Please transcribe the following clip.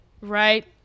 Right